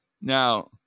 Now